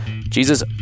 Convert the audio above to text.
Jesus